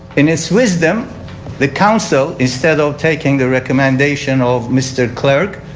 in its wisdom the council instead of taking the recommendation of mr. clerk